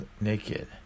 naked